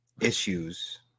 issues